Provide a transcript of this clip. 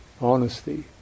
honesty